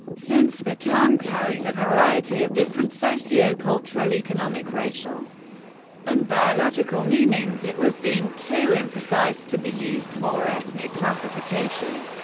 since the term carries a variety of different socio-cultural, economic, racial and biological meanings, it was deemed too imprecise to be used for ethnic classification,